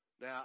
Now